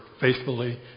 faithfully